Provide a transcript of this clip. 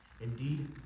Indeed